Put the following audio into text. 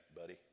buddy